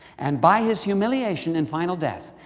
and by his humiliation and final death.